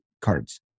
cards